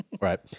right